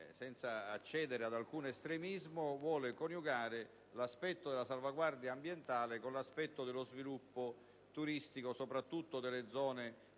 senza accedere ad alcun estremismo, l'aspetto della salvaguardia ambientale con quello dello sviluppo turistico, soprattutto delle zone